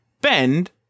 bend